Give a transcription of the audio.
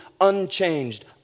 unchanged